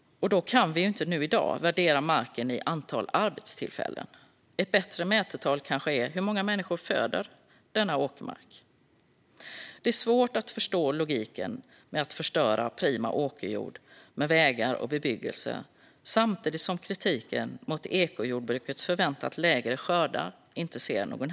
Då kan vi inte i dag värdera marken i antal arbetstillfällen. Ett bättre mätetal kanske är hur många människor som föder denna åkermark. Det är svårt att förstå logiken i att förstöra prima åkerjord med vägar och bebyggelse samtidigt som det inte är någon hejd på kritiken mot ekojordbrukets förväntat lägre skördar.